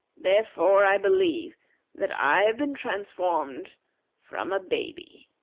therefore i believe that i have been transformed from a baby.